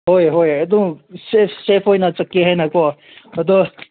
ꯍꯣꯏ ꯍꯣꯏ ꯑꯗꯨ ꯁꯦꯐ ꯑꯣꯏꯅ ꯆꯠꯀꯦ ꯍꯥꯏꯅꯀꯣ ꯑꯗ